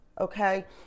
okay